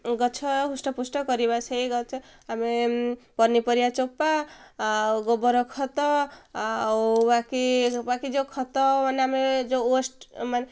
ଗଛ ହୃଷ୍ଟ ପୃଷ୍ଟ କରିବା ସେଇ ଗଛ ଆମେ ପନିପରିବା ଚୋପା ଆଉ ଗୋବର ଖତ ଆଉ ବାକି ବାକି ଯେଉଁ ଖତ ମାନେ ଆମେ ଯେଉଁ ୱଷ୍ଟ ମାନେ